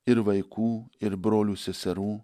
ir vaikų ir brolių seserų